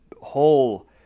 whole